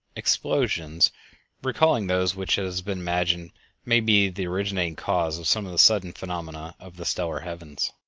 explosions recalling those which it has been imagined may be the originating cause of some of the sudden phenomena of the stellar heavens.